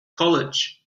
college